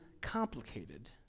complicated